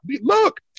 Look